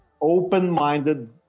open-minded